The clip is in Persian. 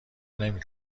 نمی